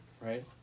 right